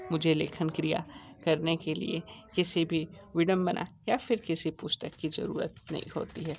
मुझे लेखन क्रिया करने के लिए किसी भी विडंबना या फिर किसी पुस्तक की ज़रुरत नहीं होती है